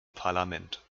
parlament